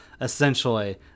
essentially